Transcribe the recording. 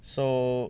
so